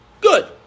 Good